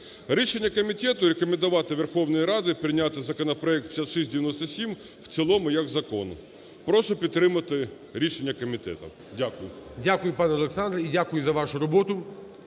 Рішення комітету: рекомендувати Верховній Раді прийняти законопроект 5697 в цілому як закон. Прошу підтримати рішення комітету. Дякую. ГОЛОВУЮЧИЙ. Дякую, пан Олександр. І дякую за вашу роботу.